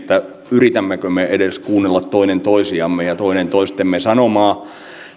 yritämmekö me edes kuunnella toinen toisiamme ja toinen toistemme sanomaa